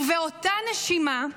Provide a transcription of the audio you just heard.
ובאותה נשימה,